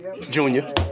Junior